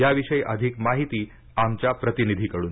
याविषयी अधिक माहिती आमच्या प्रतिनिधी कडून